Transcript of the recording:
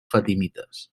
fatimites